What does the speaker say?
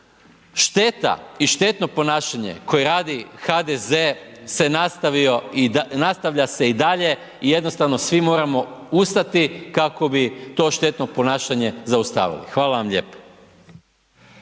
šteta i štetno ponašanje koje radi HDZ nastavlja se i dalje i jednostavno svi moramo ustati kako bi to štetno ponašanje zaustavili. Hvala vam lijepo.